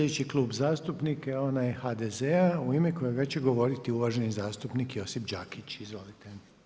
Sljedeći Klub zastupnika je onaj HDZ-a u ime kojega će govoriti uvaženi zastupnik Josip Đakić, izvolite.